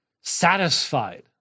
satisfied